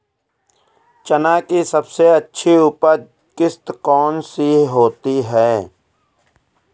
चना की सबसे अच्छी उपज किश्त कौन सी होती है?